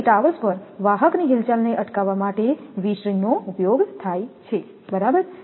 તેથી ટાવર્સ પર વાહકની હિલચાલને અટકાવવા માટે વી સ્ટ્રિંગનો ઉપયોગ થાય છે બરાબર